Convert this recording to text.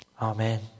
Amen